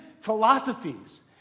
philosophies